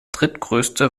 drittgrößte